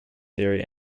theory